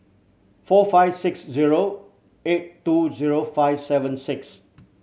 four five six zero eight two zero five seven six